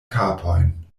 kapojn